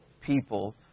people